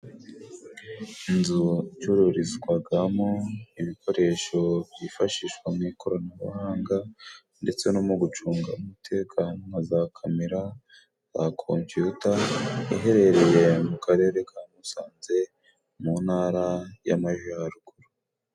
Inzu icyururizwagamo ibikoresho byifashishwa mu ikoranabuhanga, ndetse no mu gucunga umutekano nka za camera, za kompiyuta, iherereye mu karere ka musanze mu ntara y'amajaruguru.